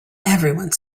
everyone